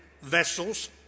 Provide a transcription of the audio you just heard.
vessels